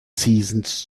seasons